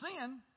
sin